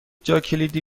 جاکلیدی